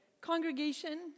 congregation